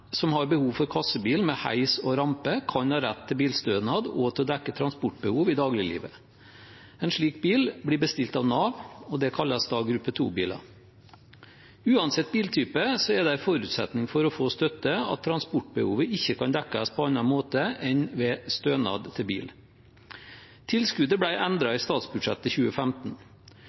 som har behov for kassebil med heis og rampe, kan ha rett til bilstønad og til å dekke transportbehov i dagliglivet. En slik bil blir bestilt av Nav, og det kalles gruppe 2-biler. Uansett biltype er det en forutsetning for å få støtte at transportbehovet ikke kan dekkes på annen måte enn ved stønad til bil. Tilskuddet ble endret i statsbudsjettet 2015.